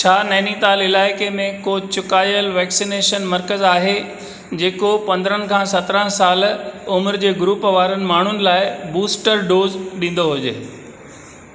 छा नैनीताल इलाइक़े में को चुकायुल वैक्सीनेशन मर्कज़ आहे जेको पंद्रहनि खां सत्रहनि साल उमिरि जे ग्रुप वारनि माण्हुनि लाइ बूस्टर डोज़ ॾींदो हुजे